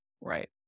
Right